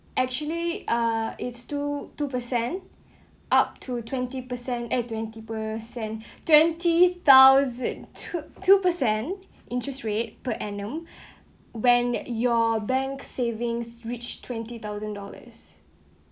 actually ah it's two two per cent up to twenty percent at twenty per cent twenty thousand took two percent interest rate per annum when your bank savings reach twenty thousand dollars